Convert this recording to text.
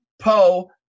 Poe